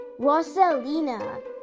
Rosalina